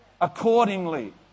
accordingly